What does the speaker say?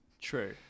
True